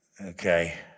Okay